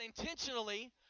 intentionally